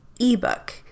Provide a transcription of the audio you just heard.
ebook